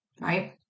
right